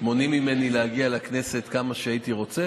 מונעים ממני להגיע לכנסת כמה שהייתי רוצה.